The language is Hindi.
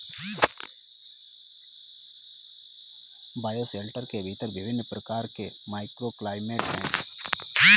बायोशेल्टर के भीतर विभिन्न प्रकार के माइक्रोक्लाइमेट हैं